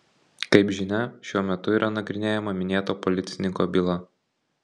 kaip žinia šiuo metu yra nagrinėjama minėto policininko byla